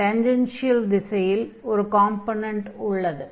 tangential திசையில் ஒரு component உள்ளது